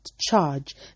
charge